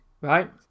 right